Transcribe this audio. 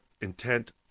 Intent